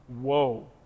Whoa